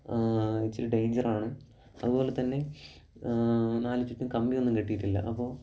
ഇച്ചിരി ഡെയിഞ്ചറാണ് അതുപോലെതന്നെ നാലു ചുറ്റും കമ്പിയൊന്നും കെട്ടിയിട്ടില്ല അപ്പോൾ